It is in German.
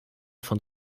von